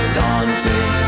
daunting